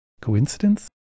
Coincidence